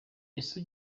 ese